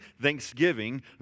thanksgiving